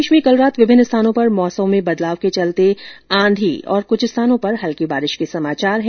प्रदेश में कल रात विभिन्न स्थानों पर मौसम में बदलाव के चलते आंधी और कुछ स्थानों पर हल्की बारिश के समाचार है